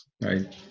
Right